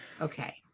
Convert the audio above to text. Okay